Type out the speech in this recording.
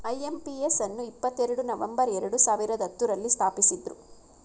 IMPS ಅನ್ನು ಇಪ್ಪತ್ತೆರಡು November ಎರಡು ಸಾವಿರದ ಹತ್ತುರಲ್ಲಿ ಸ್ಥಾಪಿಸಿದ್ದ್ರು